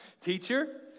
teacher